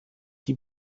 die